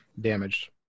damaged